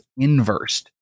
inversed